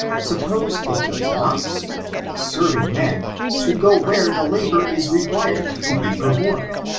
suppose it does not suit the serving man to go where the labor is required to be performed,